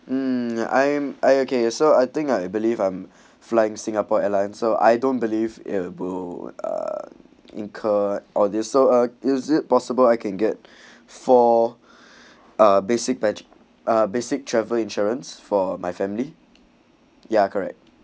um I'm I okay so I think I believe I'm flying singapore airlines so I don't believe in will incur or there so is it possible I can get four basic patch basic travel insurance for my family ya correct